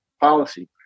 policy